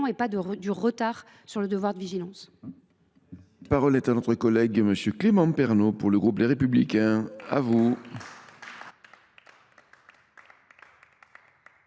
et pas du retard sur le devoir de vigilance.